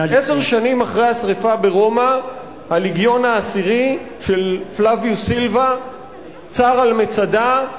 עשר שנים אחרי השרפה ברומא הלגיון העשירי של פלביוס סילבה צר על מצדה,